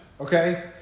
okay